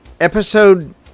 Episode